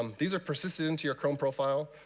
um these are persisted into your chrome profile.